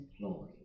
employed